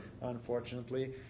unfortunately